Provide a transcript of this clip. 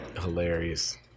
Hilarious